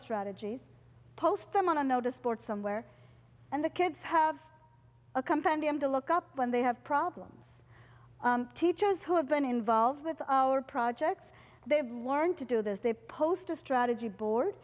strategies post them on a noticeboard somewhere and the kids have a compendium to look up when they have problems teachers who have been involved with our projects they've learned to do this they post a strategy board